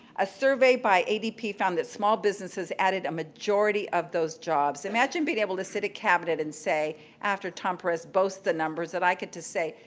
a survey by adp found that small businesses added a majority of those jobs. imagine being able to sit at cabinet and say after tom perez boast the numbers that i get to say,